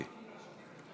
לא.